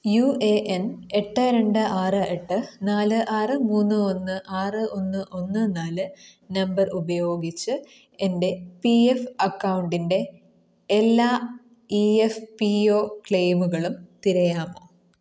U A N എട്ട് രണ്ട് ആറ് എട്ട് നാല് ആറ് മൂന്ന് ഒന്ന് ആറ് ഒന്ന് ഒന്ന് നാല് നമ്പർ ഉപയോഗിച്ച് എൻ്റെ പി എഫ് അക്കൗണ്ടിൻ്റെ എല്ലാ ഇ എഫ് പി ഒ ക്ലെയിമുകളും തിരയാമോ